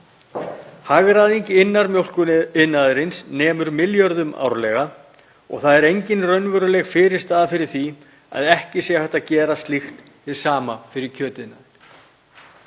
Hagræðing innan mjólkuriðnaðarins nemur milljörðum árlega og það er engin raunveruleg fyrirstaða fyrir því að ekki sé hægt að gera slíkt hið sama fyrir kjötiðnaðinn.